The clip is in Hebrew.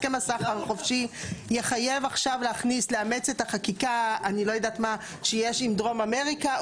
הסכם הסחר החופשי יחייב עכשיו לאמץ את החקיקה שיש עם דרום אמריקה?